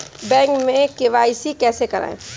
Bank में KYC कैसे करायें?